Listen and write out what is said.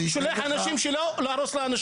שולחים אנשים להרוס בתים.